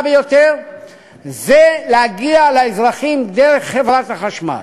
ביותר היא להגיע לאזרחים דרך חברת החשמל.